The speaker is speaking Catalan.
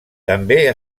també